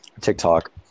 TikTok